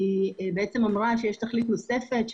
יש גם תכלית נוספת,